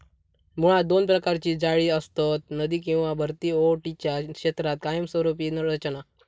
मुळात दोन प्रकारची जाळी असतत, नदी किंवा भरती ओहोटीच्या क्षेत्रात कायमस्वरूपी रचना